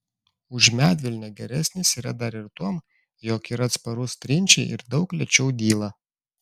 už medvilnę geresnis yra dar ir tuom jog yra atsparus trinčiai ir daug lėčiau dyla